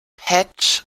patch